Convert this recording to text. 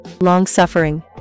long-suffering